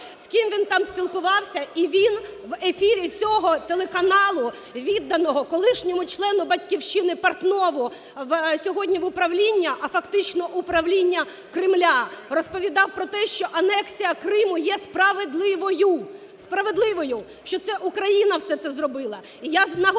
з ким він там спілкувався. (Шум у залі) І він в ефірі цього телеканалу, відданого колишньому члену "Батьківщини" Портнову сьогодні в управління, а фактично управління Кремля, розповідав про те, що анексія Криму є справедливою! Справедливою! Що це Україна все це зробила.